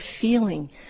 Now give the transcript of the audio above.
feeling